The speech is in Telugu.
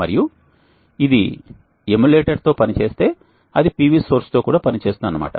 మరియు ఇది ఎమ్యులేటర్తో పనిచేస్తే అది PV సోర్స్తో కూడా పని చేస్తుందన్నమాట